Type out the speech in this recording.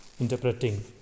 interpreting